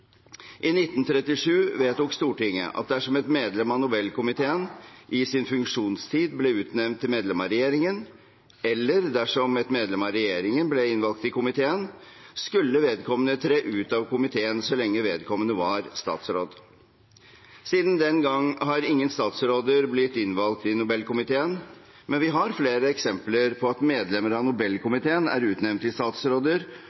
I 1937 vedtok Stortinget at dersom et medlem av Nobelkomiteen i sin funksjonstid ble utnevnt til medlem av regjeringen, eller dersom et medlem av regjeringen ble innvalgt i komiteen, skulle vedkommende tre ut av komiteen så lenge vedkommende var statsråd. Siden den gang har ingen statsråder blitt innvalgt i Nobelkomiteen, men vi har flere eksempler på at medlemmer av